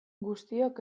guztiok